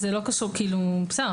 בסדר,